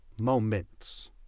moments